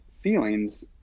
feelings